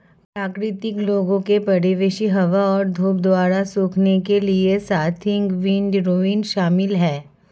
प्राकृतिक लोगों के परिवेशी हवा और धूप द्वारा सूखने के लिए स्वाथिंग विंडरोइंग शामिल है